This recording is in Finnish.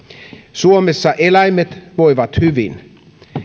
suomessa eläimet voivat hyvin